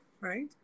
right